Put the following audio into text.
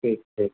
ठीक ठीक